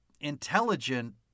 intelligent